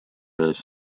ees